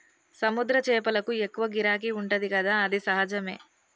సముద్ర చేపలకు ఎక్కువ గిరాకీ ఉంటది కదా అది సహజమే